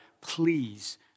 Please